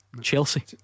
Chelsea